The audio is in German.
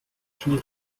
schnee